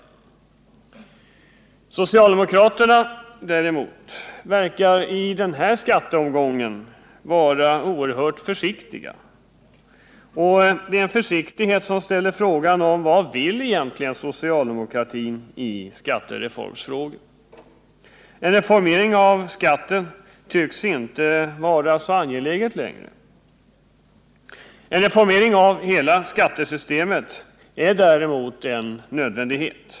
Socialdemokraterna däremot verkar i den här skatteomgången vara oerhört försiktiga. Det är en försiktighet som ställer frågan om vad socialdemokratin egentligen vill i fråga om skattereformer. En reformering av skatterna tycks inte vara så angelägen längre. En reformering av hela skattesystemet är däremot en nödvändighet.